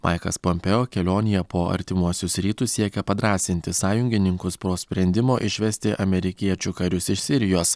maikas pompeo kelionėje po artimuosius rytus siekia padrąsinti sąjungininkus pro sprendimo išvesti amerikiečių karius iš sirijos